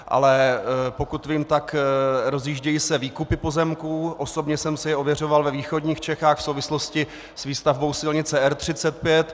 Ale pokud vím, tak se rozjíždějí výkupy pozemků, osobně jsem si ověřoval ve východních Čechách v souvislosti s výstavbou silnice R35.